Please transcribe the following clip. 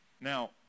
Now